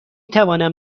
توانم